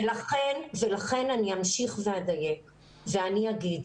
לכן אני אמשיך ואדייק ואני אגיד,